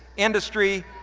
industry,